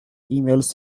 emails